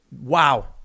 Wow